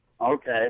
Okay